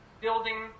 building